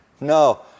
no